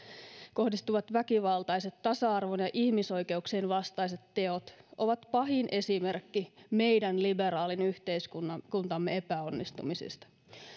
kohdistuvat väkivaltaiset tasa arvon ja ihmisoikeuksien vastaiset teot ovat pahin esimerkki meidän liberaalin yhteiskuntamme epäonnistumisista